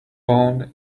bone